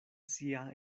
sia